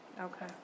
Okay